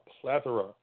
plethora